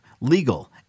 legal